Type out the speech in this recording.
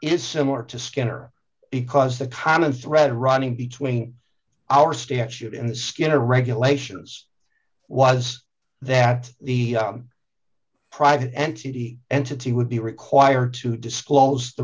is similar to skinner because the kind of thread running between our statute and skinner regulations was that the private entity entity would be required to disclose the